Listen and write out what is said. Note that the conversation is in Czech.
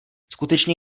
skutečně